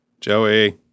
Joey